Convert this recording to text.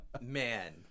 man